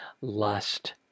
lust